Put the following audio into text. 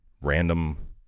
random